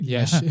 Yes